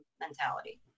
mentality